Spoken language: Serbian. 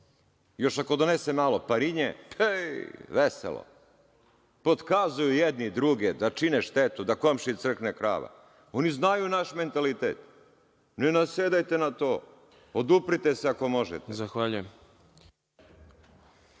Još ako donese malo „parinje“, veselo. Potkazuju jedni druge, da čine štetu, da komšiji crkne krava. Oni znaju naš mentalitet. Ne nasedajte na to. Oduprite se ako možete.